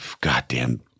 goddamn